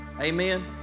Amen